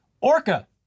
orca